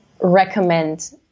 recommend